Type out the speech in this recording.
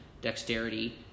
dexterity